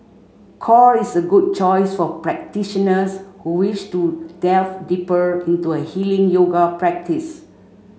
core is a good choice for practitioners who wish to delve deeper into a healing yoga practice